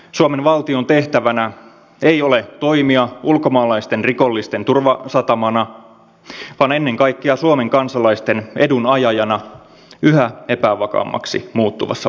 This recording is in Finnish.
suomen valtion tehtävänä ei ole toimia ulkomaalaisten rikollisten turvasatamana vaan ennen kaikkea suomen kansalaisten edun ajajana yhä epävakaammaksi muuttuvassa maailmassa